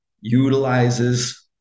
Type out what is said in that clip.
utilizes